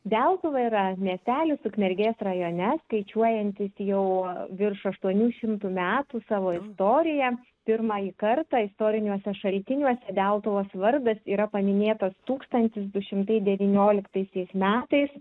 deltuva yra miestelis ukmergės rajone skaičiuojantis jau virš aštuonių šimtų metų savo istoriją pirmąjį kartą istoriniuose šaltiniuose deltuvos vardas yra paminėtas tūkstantis du šimtai devynioliktaisiais metais